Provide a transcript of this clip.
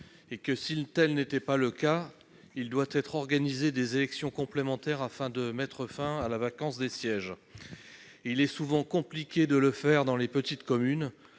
et que si une telle n'était pas le cas, il doit être organisé des élections complémentaires afin de mettre fin à la vacance des sièges, il est souvent compliqué de le faire dans les petites communes,